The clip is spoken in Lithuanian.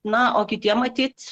na o kitiem matyt